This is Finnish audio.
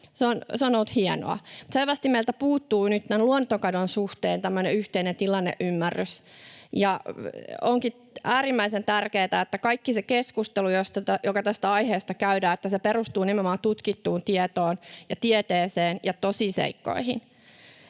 meiltä puuttuu nyt tämän luontokadon suhteen tämmöinen yhteinen tilanneymmärrys. Onkin äärimmäisen tärkeää, että kaikki se keskustelu, joka tästä aiheesta käydään, perustuu nimenomaan tutkittuun tietoon ja tieteeseen ja tosiseikkoihin.